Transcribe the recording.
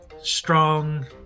strong